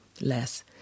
less